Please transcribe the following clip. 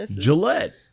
Gillette